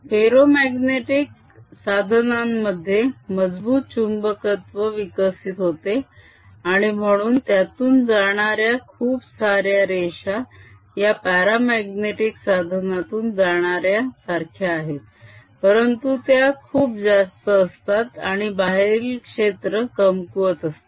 ferromagnetic साधनांमध्ये मजबूत चुंबकत्व विकसित होते आणि म्हणून त्यातून जाणाऱ्या खूप साऱ्या रेषा या प्यारामाग्नेटीक साधनातून जाणाऱ्या सारख्या आहेत परंतु त्या खूप जास्त असतात आणि बाहेरील क्षेत्र कमकुवत असते